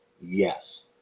Yes